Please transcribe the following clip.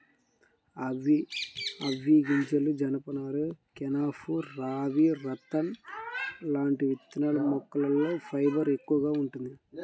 అవిశె గింజలు, జనపనార, కెనాఫ్, రామీ, రతన్ లాంటి విత్తనాల మొక్కల్లో ఫైబర్ ఎక్కువగా వుంటది